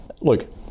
Look